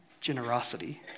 Generosity